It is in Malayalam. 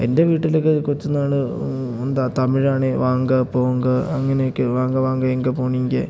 എൻ്റെ വീട്ടിലൊക്കെ കൊച്ചുന്നാളില് എന്താണ് തമിഴാണ് വാങ്ക പോങ്ക അങ്ങനെയൊക്കെ വാങ്ക വാങ്ക എങ്ക പോണീങ്കേ